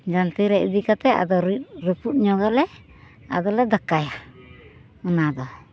ᱡᱟᱱᱛᱮ ᱨᱮ ᱤᱫᱤ ᱠᱟᱛᱮ ᱟᱫᱚ ᱨᱤᱫ ᱨᱟᱹᱯᱩᱫ ᱧᱚᱜᱟᱞᱮ ᱟᱫᱚᱞᱮ ᱫᱠᱟᱭᱟ ᱚᱱᱟᱫᱚ